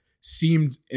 seemed